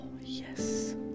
yes